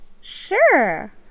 Sure